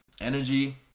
energy